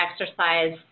exercise